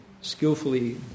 skillfully